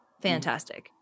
fantastic